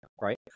right